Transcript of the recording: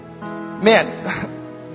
Man